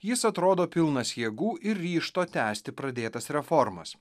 jis atrodo pilnas jėgų ir ryžto tęsti pradėtas reformas